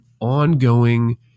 ongoing